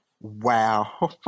Wow